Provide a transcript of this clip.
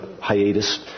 hiatus